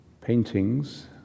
paintings